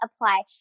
apply